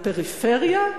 לפריפריה?